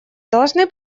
должны